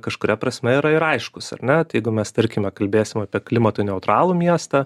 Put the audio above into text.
kažkuria prasme yra ir aiškūs ar ne tai jeigu mes tarkime kalbėsim apie klimatui neutralų miestą